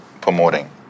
Promoting